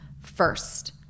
first